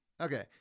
okay